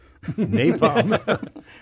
Napalm